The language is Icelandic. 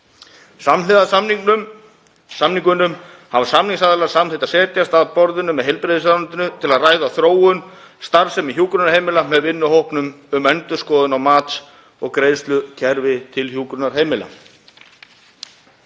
Samhliða samningunum hafa samningsaðilar samþykkt að setjast að borðinu með heilbrigðisráðuneytinu til að ræða þróun starfsemi hjúkrunarheimila með vinnuhópnum um endurskoðun á mats- og greiðslukerfi til hjúkrunarheimila.